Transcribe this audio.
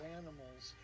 animals